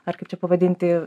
ar kaip čia pavadinti